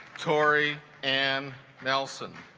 tory and nelson